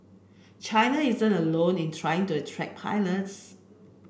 China isn't alone in trying to attract pilots